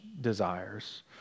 desires